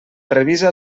revisa